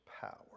power